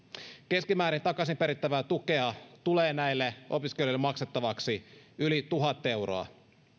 keskimäärin takaisin perittävää tukea tulee näille opiskelijoille maksettavaksi yli tuhat euroa